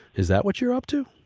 is that what you're up to?